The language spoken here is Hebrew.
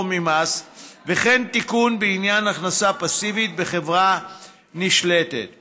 ממס ותיקון בעניין הכנסה פסיבית בחברה נשלטת זרה.